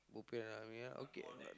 bo pian lah I mean okay